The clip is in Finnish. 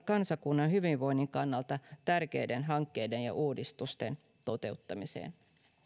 kansakunnan hyvinvoinnin kannalta tärkeiden hankkeiden ja uudistusten toteuttamiseen